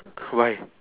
why